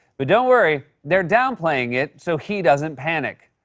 but don't worry. they're downplaying it, so he doesn't panic.